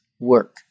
work